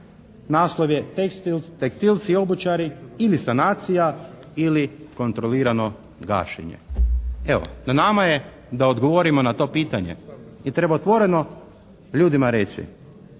razumije./… tekstilci i obućari ili sanacija ili kontrolirano gašenje. Evo na nama je da odgovorimo na to pitanje i treba otvoreno ljudima reći